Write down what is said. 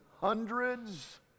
hundreds